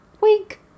Wink